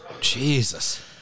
Jesus